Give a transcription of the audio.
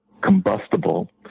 combustible